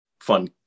fun